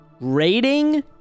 Rating